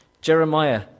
Jeremiah